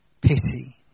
pity